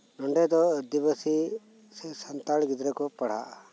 ᱚᱸᱰᱮ ᱫᱚ ᱟᱹᱫᱤᱵᱟᱥᱤ ᱥᱮ ᱥᱟᱱᱛᱟᱲ ᱜᱤᱫᱽᱨᱟᱹ ᱠᱚ ᱯᱟᱲᱦᱟᱜᱼᱟ